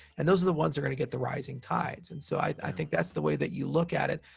and those are the ones are going to get the rising tides, and so i think that's the way that you look at it.